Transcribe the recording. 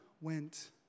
went